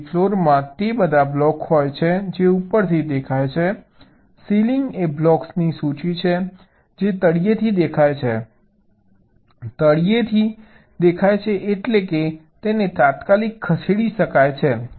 તેથી ફ્લોરમાં તે બધા બ્લોક હોય છે જે ઉપરથી દેખાય છે સીલિંગ એ બ્લોક્સની સૂચિ છે જે તળિયેથી દેખાય છે તળિયેથી દેખાય છે એટલે કે તેને તાત્કાલિક ખસેડી શકાય છે